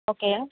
okay